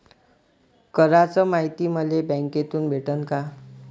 कराच मायती मले बँकेतून भेटन का?